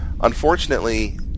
Unfortunately